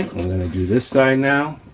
gonna do this side now.